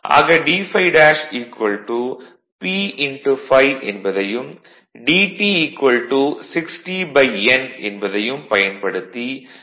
ஆக d∅ P ∅ என்பதையும் dt 60N என்பதையும் பயன்படுத்தி ஈ